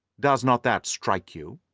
does not that strike you?